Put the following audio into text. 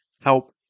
help